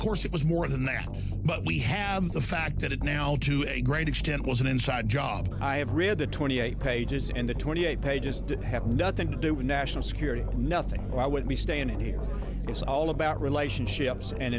of course it was more than that but we have the fact that it now to a great extent was an inside job i have read the twenty eight pages and the twenty eight pages did have nothing to do with national security nothing why would we stand here it's all about relationships and